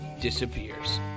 disappears